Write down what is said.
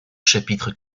chapitre